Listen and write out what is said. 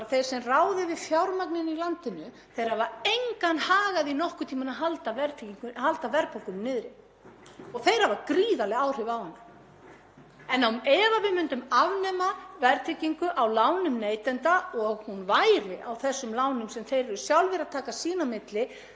Ef við myndum afnema verðtryggingu á lánum neytenda og hún væri á þessum lánum sem þeir eru sjálfir að taka sín á milli myndu þeir hafa mikinn hag af því að halda verðbólgunni niðri. Og hvað varðar ábyrga efnahagsstjórn: Ég er enn þá að bíða eftir henni.